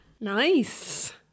Nice